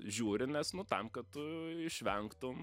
žiūri nes nu tam kad tu išvengtum